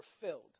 filled